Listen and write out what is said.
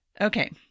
Okay